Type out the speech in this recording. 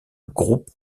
groupe